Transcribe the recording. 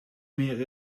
meer